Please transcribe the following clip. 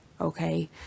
okay